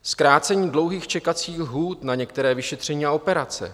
Zkrácení dlouhých čekacích lhůt na některé vyšetření a operace.